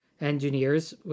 engineers